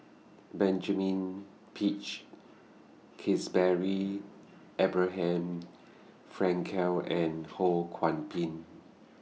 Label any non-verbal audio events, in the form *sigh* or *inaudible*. Benjamin Peach Keasberry Abraham Frankel and *noise* Ho Kwon Ping